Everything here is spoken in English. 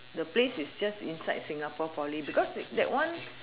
the place is just inside singapore poly because that one